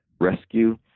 rescue